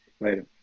Later